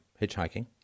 hitchhiking